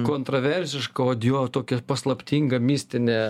kontroversiška odio tokia paslaptinga mistinė